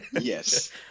Yes